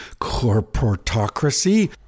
corporatocracy